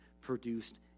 produced